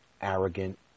arrogant